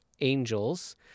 Angels